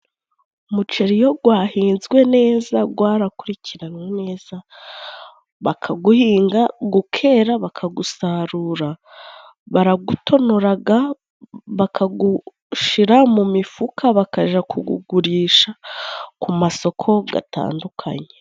Umuceri, iyo gwahinzwe neza, gwarakurikiranwe neza, bakaguhinga gukera, bakagusarura, baragutonoraga, bakagushira mu mifuka, bakaja kugugurisha ku masoko gatandukanye.